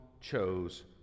chose